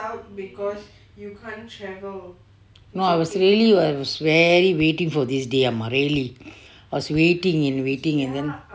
no I was really was very waiting for this day amma really was waiting and waiting and then